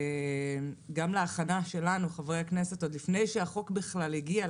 גם להכנה שלנו חברי הכנסת עוד לפני שהחוק בכלל הגיע,